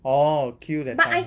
orh queue that time